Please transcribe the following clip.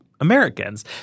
Americans